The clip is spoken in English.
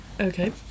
okay